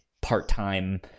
part-time